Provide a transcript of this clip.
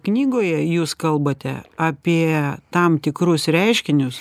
knygoje jūs kalbate apie tam tikrus reiškinius